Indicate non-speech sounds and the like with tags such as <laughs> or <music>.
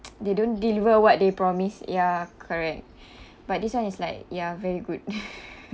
<noise> they don't deliver what they promised ya correct but this one is like ya very good <laughs>